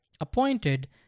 appointed